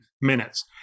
minutes